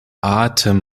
atem